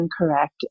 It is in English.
incorrect